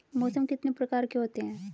मौसम कितने प्रकार के होते हैं?